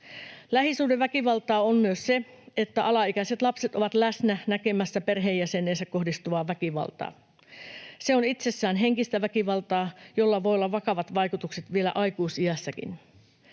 Lähisuhdeväkivaltaa on myös se, että alaikäiset lapset ovat läsnä näkemässä perheenjäseneensä kohdistuvaa väkivaltaa. Se on itsessään henkistä väkivaltaa, jolla voi olla vakavat vaikutukset vielä aikuisiässäkin.